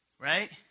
Right